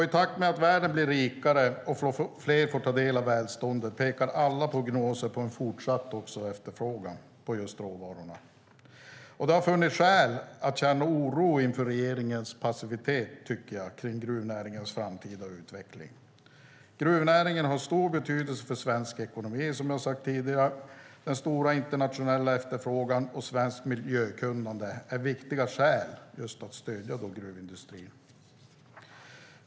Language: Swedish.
I takt med att världen blir rikare och fler får ta del av välståndet pekar alla prognoser på en fortsatt efterfrågan på råvarorna. Jag tycker att det har funnits skäl att känna oro inför regeringens passivitet när det gäller gruvnäringens framtida utveckling. Gruvnäringen har stor betydelse för svensk ekonomi, som jag har sagt tidigare. Den stora internationella efterfrågan på svenskt miljökunnande är viktiga skäl att stödja gruvindustrin.